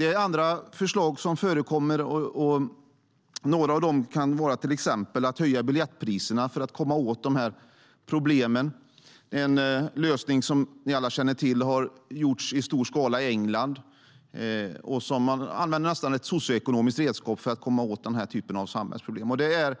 Även andra förslag förekommer, till exempel att höja biljettpriserna för att komma åt dessa problem. Det är en lösning som har använts i stor skala i England, vilket ni alla känner till, och som har använts nästan som ett socioekonomiskt redskap för att komma åt denna typ av samhällsproblem. Det anser vi också är